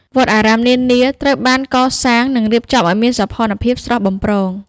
វត្តអារាមនានាត្រូវបានកសាង និងរៀបចំឱ្យមានសោភ័ណភាពស្រស់បំព្រង។